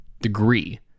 degree